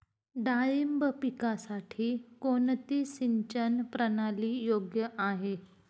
डाळिंब पिकासाठी कोणती सिंचन प्रणाली योग्य आहे?